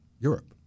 Europe